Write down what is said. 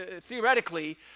theoretically